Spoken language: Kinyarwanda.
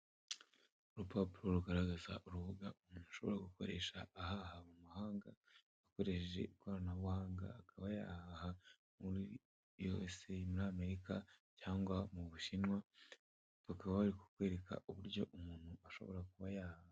Urupapuro rugaragaza urubuga umuntu ashobora gukoresha ahaha mu mamahanga ,akoresheje ikoranabuhanga akaba yahaha muri USA muri amerika cyangwa mu bushinwa, akaba ari kukwereka uburyo umuntu ashobora kuba yahaha.